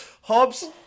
Hobbs